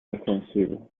defensivo